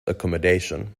accommodation